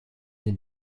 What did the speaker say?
den